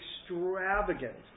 extravagant